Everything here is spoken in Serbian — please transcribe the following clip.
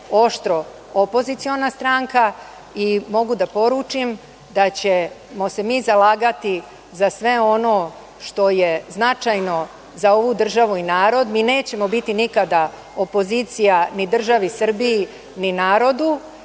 oštro opoziciona stranka i mogu da poručim da ćemo se mi zalagati za sve ono što je značajno za ovu državu i narod. Mi nećemo biti nikada opozicija ni državi Srbiji ni narodu,